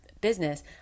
business